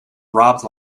robbed